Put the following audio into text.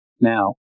Now